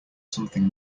something